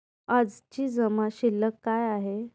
आजची जमा शिल्लक काय आहे?